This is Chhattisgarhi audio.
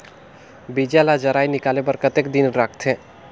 बीजा ला जराई निकाले बार कतेक दिन रखथे?